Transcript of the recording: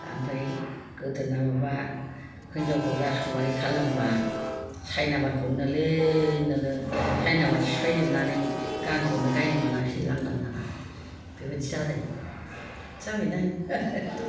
ओमफ्राय गोदोना माबा हिनजावखौ राजकुमारि खालामबा सायनामारखौनो नोलो नोलो सायनामार सिफायजोबनानै गानखौनो गायनो मोनाखिसै लांदां गाना बेबायदि जादों जाबायदां ना आयं